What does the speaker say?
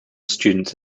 students